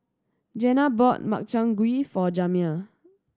Jana bought Makchang Gui for Jamya